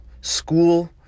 school